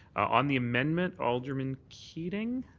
on the amendment, alderman keating?